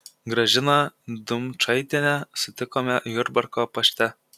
gražiną dumčaitienę sutikome jurbarko pašte